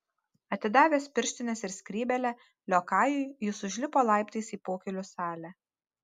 atidavęs pirštines ir skrybėlę liokajui jis užlipo laiptais į pokylių salę